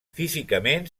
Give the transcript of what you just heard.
físicament